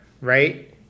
right